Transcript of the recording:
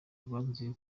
rwanzuye